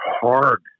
hard